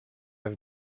ever